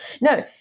No